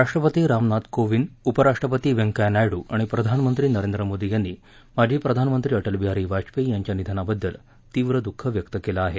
राष्ट्रपती रामनाथ कोविंद उपराष्ट्रपती वैंकय्या नायडू आणि प्रधानमंत्री नरेंद्र मोदी यांनी माजी प्रधानमंत्री अटलबिहारी वाजपेयी यांच्या निधनाबद्दल तीव्र दुःख व्यक्त केलं आहे